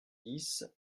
dix